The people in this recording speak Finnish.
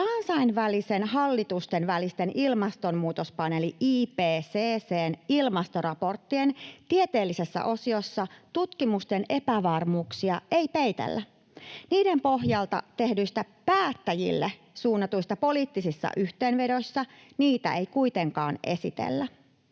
Kansainvälisen hallitustenvälisen ilmastonmuutospaneelin, IPCC:n, ilmastoraporttien tieteellisessä osiossa tutkimusten epävarmuuksia ei peitellä. Niiden pohjalta tehdyissä päättäjille suunnatuissa poliittisissa yhteenvedoissa niitä ei kuitenkaan esitellä.